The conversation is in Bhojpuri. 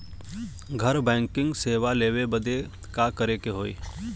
घर बैकिंग सेवा लेवे बदे का करे के होई?